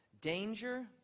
danger